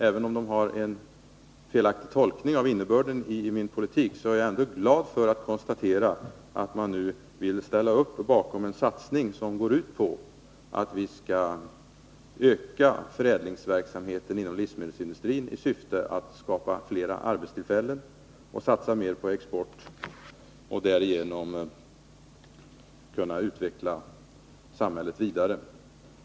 Även om de gör en felaktig tolkning av innebörden i min politik, så är jag ändå glad över att kunna konstatera att man vill ställa sig bakom en satsning som går ut på att vi skall öka förädlingsverksamheten inom livsmedelsindustrin i syfte att skapa flera arbetstillfällen och att vi skall satsa mer på export. Därigenom får vi möjligheter att utveckla samhället vidare.